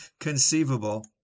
conceivable